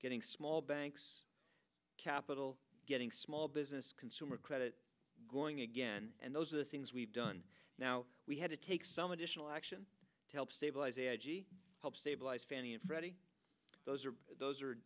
getting small banks capital getting small business consumer credit going again and those are the things we've done now we had to take some additional action to help stabilize help stabilize fannie and freddie those are those are